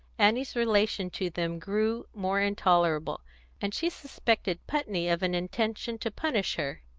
annie's relation to them grew more intolerable and she suspected putney of an intention to punish her.